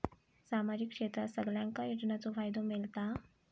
सामाजिक क्षेत्रात सगल्यांका योजनाचो फायदो मेलता?